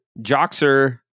Joxer